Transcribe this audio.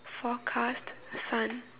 forecast sun